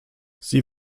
sie